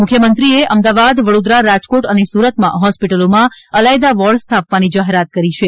મુખ્યમંત્રીએ અમદાવાદ વડોદરા રાજકોટ અને સુરતમાં હોસ્પિટલોમાં અલાયદા વોર્ડ સ્થાપવાની જાહેરાત કરી છે